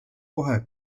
kohe